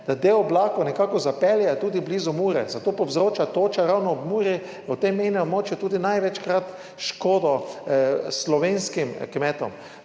da del oblakov nekako zapeljejo tudi blizu Mure, zato povzroča toča ravno ob Muri, na tem mejnem območju, tudi največkrat škodo slovenskim kmetom.